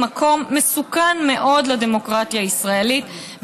הוא מקום מסוכן מאוד לדמוקרטיה הישראלית,